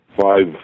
five